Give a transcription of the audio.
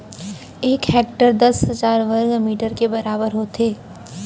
एक हेक्टर दस हजार वर्ग मीटर के बराबर होथे